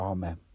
Amen